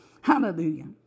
Hallelujah